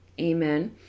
Amen